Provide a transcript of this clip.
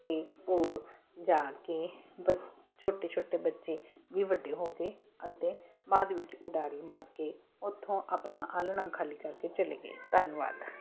ਅਤੇ ਉਹ ਜਾ ਕੇ ਬ ਛੋਟੇ ਛੋਟੇ ਬੱਚੇ ਵੀ ਵੱਡੇ ਹੋ ਗਏ ਅਤੇ ਬਾਅਦ ਵਿੱਚ ਉਡਾਰੀ ਮਾਰ ਕੇ ਉੱਥੋਂ ਆਪਣਾ ਆਲ੍ਹਣਾ ਖਾਲੀ ਕਰਕੇ ਚਲੇ ਗਏ ਧੰਨਵਾਦ